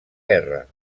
guerra